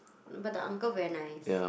but the uncle very nice